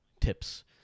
tips